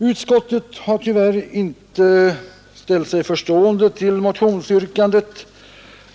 Utskottet har tyvärr inte ställt sig förstående gentemot motionsyrkandet.